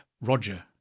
roger